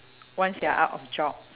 once you are out of job